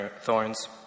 thorns